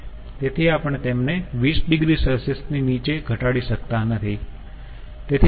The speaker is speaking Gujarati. તેથી આપણે તેમને 20 oC ની નીચે ઘટાડી શકતા નથી